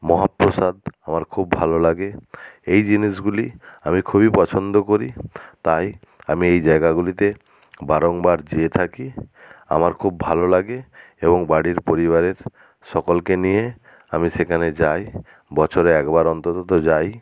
মহাপ্রসাদ আমার খুব ভালো লাগে এই জিনিসগুলি আমি খুবই পছন্দ করি তাই আমি এই জায়গাগুলিতে বারংবার যেয়ে থাকি আমার খুব ভালো লাগে এবং বাড়ির পরিবারের সকলকে নিয়ে আমি সেখানে যাই বছরে একবার অন্তত তো যাই